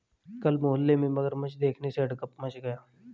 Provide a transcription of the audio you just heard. कल मोहल्ले में मगरमच्छ देखने से हड़कंप मच गया